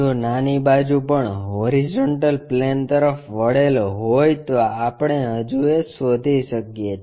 જો નાની બાજુ પણ હોરીઝોન્ટલ પ્લેન તરફ વળેલ હોયતો આપણે હજુ એ શોધી શકીએ છે